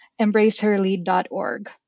EmbraceHerLead.org